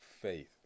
faith